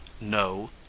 no